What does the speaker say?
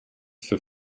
für